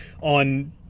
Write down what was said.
on